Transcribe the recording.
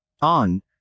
On